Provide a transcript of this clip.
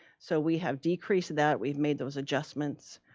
so we have decreased that, we've made those adjustments